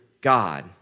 God